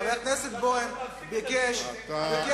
יש תקנון בכנסת, ואתה צריך להפסיק את הדיון.